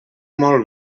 molt